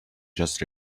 just